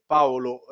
Paolo